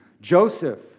Joseph